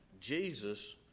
Jesus